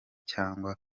cyangwa